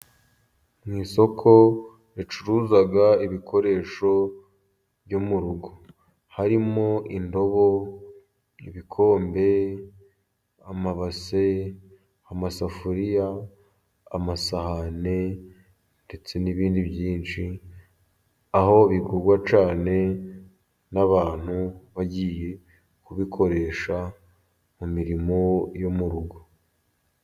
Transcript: Mu isoko ricuruza ibikoresho byo mu rugo, harimo indobo, ibikombe, amabase, amasafuriya, amasahani ndetse n'ibindi byinshi, aho bigurwa cyane n'abantu bagiye kubikoresha mu mirimo yo mu rugo.